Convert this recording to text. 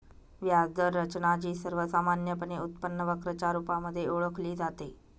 व्याज दर रचना, जी सर्वसामान्यपणे उत्पन्न वक्र च्या रुपामध्ये ओळखली जाते